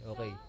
Okay